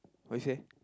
what you say